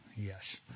Yes